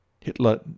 Hitler